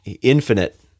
infinite